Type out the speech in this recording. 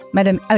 Madame